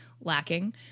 lacking